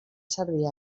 servir